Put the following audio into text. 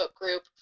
group